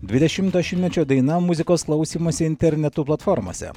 dvidešimto šimtmečio daina muzikos klausymosi internetu platformose